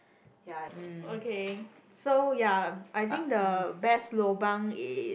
ya okay so ya I think the best lobang is